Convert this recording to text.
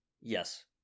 yes